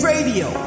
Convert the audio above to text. Radio